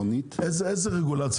לא נוצלו במלואם ולא חויבו במלואם.